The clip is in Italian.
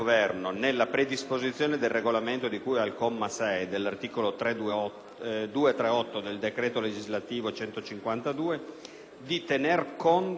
a tener conto delle valutazioni sopra illustrate, consentendo ai Comuni, nella definizione della tariffa TIA, per le sole utenze domestiche di adottare il criterio pro capite,